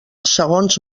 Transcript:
segons